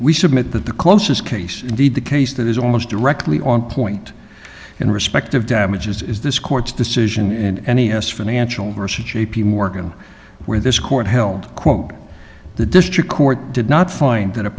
we submit that the closest case indeed the case that is almost directly on point in respect of damages is this court's decision in any us financial versus j p morgan where this court held quote the district court did not find that a